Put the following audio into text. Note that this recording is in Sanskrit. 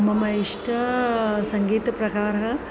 मम इष्टः सङ्गीतप्रकारः